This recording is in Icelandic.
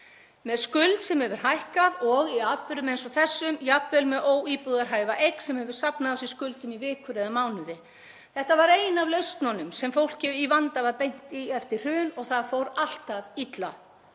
með skuld sem hefur hækkað og, í atburðum eins og þessum, jafnvel með óíbúðarhæfa eign sem hefur safnað á sig skuldum í vikur eða mánuði. Þetta var ein af „lausnunum“ sem fólki í vanda var beint í eftir hrun og það fór alltaf illa.